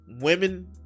Women